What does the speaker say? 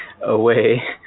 away